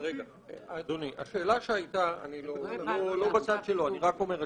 אני לא בצד שלו, אני רק שואל.